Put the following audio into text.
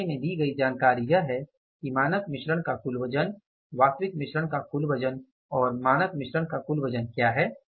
इस मामले में दी गई जानकारी यह है कि मानक मिश्रण का कुल वजन वास्तविक मिश्रण का कुल वजन और मानक मिश्रण का कुल वजन क्या है